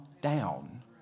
down